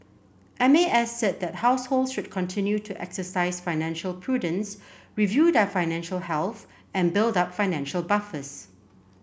M A S said that households should continue to exercise financial prudence review their financial health and build up financial buffers